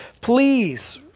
please